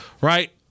right